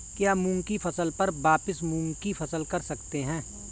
क्या मूंग की फसल पर वापिस मूंग की फसल कर सकते हैं?